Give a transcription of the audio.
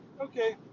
okay